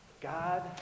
God